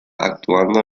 actuando